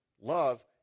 Love